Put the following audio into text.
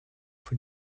für